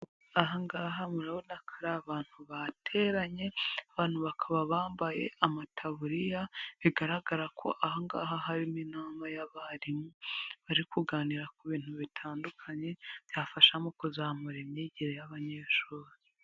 Aha ngaha murabona ko ari abantu bateranye, abantu bakaba bambaye amataburiya bigaragara ko aha ngaha harimo inama y'abarimu, bari kuganira ku bintu bitandukanye byafasha mu kuzamura imyigire y'abanyeshuri.